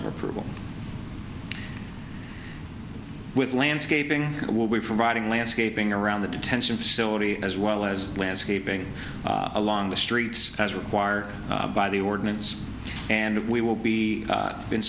of approval with landscaping will be providing landscaping around the detention facility as well as landscaping along the streets as required by the ordinance and we will be